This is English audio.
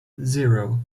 zero